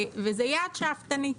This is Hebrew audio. זה יעד שאפתני.